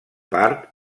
part